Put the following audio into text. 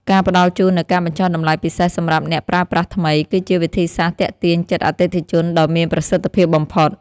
ការផ្ដល់ជូននូវការបញ្ចុះតម្លៃពិសេសសម្រាប់អ្នកប្រើប្រាស់ថ្មី គឺជាវិធីសាស្ត្រទាក់ទាញចិត្តអតិថិជនដ៏មានប្រសិទ្ធភាពបំផុត។